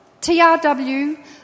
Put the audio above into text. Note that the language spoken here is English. TRW